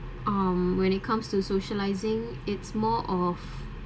um when it comes to socialising it's more of